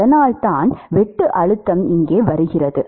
அதனால்தான் வெட்டு அழுத்தம் இங்கே வருகிறது